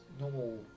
normal